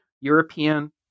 European